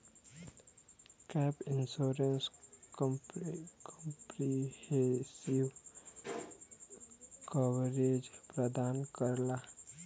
gap insurance comprehensive coverage प्रदान करला